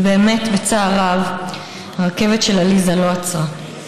ובאמת, בצער רב, הרכבת של עליזה לא עצרה.